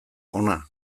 hona